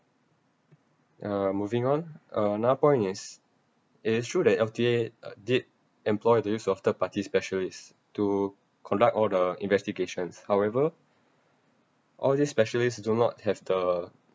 uh moving on uh now point is it's true that L_T_A did employ the use of third party specialists to conduct all the investigations however all these specialists do not have the